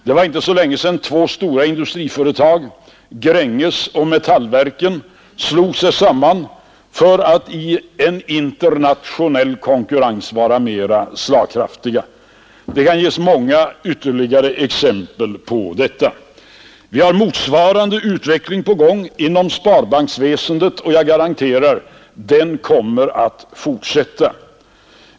För inte så länge sedan slog sig två stora industriföretag, Gränges och Metallverken, samman för att få mera slagkraft i en internationell konkurrens. Det kan ges många ytterligare exempel på detta. Vi har motsvarande utveckling på gång inom sparbankerna, och jag garanterar att den kommer att fortsätta.